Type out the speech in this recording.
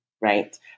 right